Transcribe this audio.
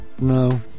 No